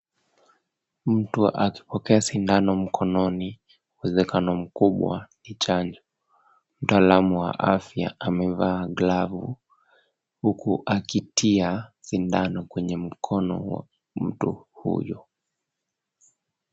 Mtu akipokea sindano mkononi uezekano mkubwa ni chanjo. Mtaalamu wa afya amevaa glavu. Huku akitia sindano kwenye mkono wa mtu huyo.